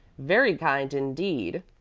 very kind indeed,